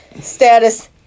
Status